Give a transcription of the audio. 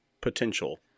potential